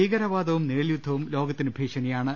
ഭീകരവാദപ്പും നിഴൽയുദ്ധവും ലോകത്തിന് ഭീഷണിയാ ണ്